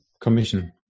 commission